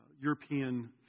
European